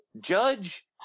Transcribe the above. judge